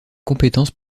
compétences